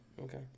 Okay